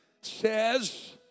says